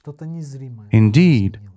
Indeed